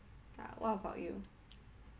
uh what about you?